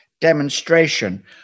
demonstration